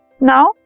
Now